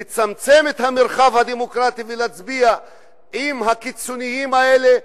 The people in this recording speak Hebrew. לצמצם את המרחב הדמוקרטי ולהצביע עם הקיצוניים האלה,